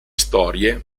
storie